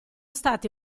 stati